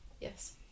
Yes